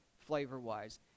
flavor-wise